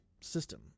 system